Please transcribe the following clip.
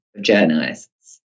journalists